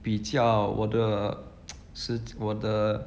比较我的 我的